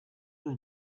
were